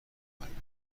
میکنند